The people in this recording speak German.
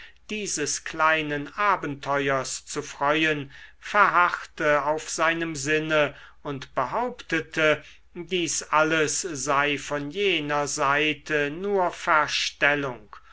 dieses kleinen abenteuers zu freuen verharrte auf seinem sinne und behauptete dieses alles sei von jener seite nur verstellung